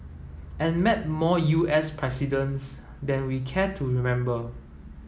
and met more U S presidents than we care to remember